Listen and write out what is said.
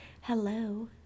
hello